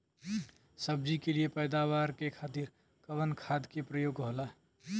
सब्जी के लिए पैदावार के खातिर कवन खाद के प्रयोग होला?